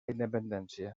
independència